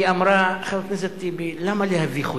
היא אמרה: חבר הכנסת טיבי, למה להביך אותי?